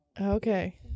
Okay